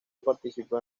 participó